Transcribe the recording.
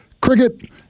cricket